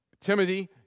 Timothy